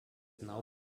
now